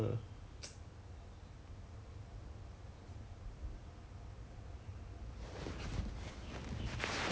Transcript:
他讲 like Ivan err like don't spare a thought for other people when you know in this kind of err err situation liao hor then